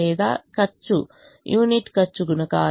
లేదా ఖర్చు యూనిట్ ఖర్చు గుణకాలు